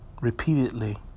repeatedly